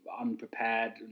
unprepared